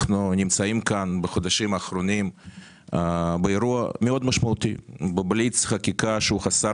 אנחנו נמצאים כאן בחודשים האחרונים בבליץ חקיקה חסר